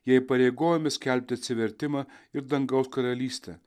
jei įpareigojami skelbti atsivertimą ir dangaus karalystę